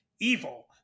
evil